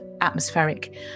atmospheric